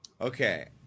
Okay